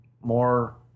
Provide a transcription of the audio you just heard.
more